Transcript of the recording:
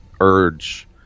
urge